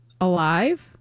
Alive